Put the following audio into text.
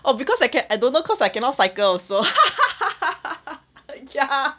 oh because I can I don't know cause I cannot cycle also ya